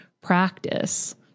practice